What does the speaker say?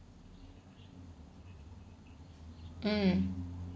mm